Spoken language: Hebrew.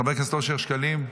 חבר הכנסת אושר שקלים.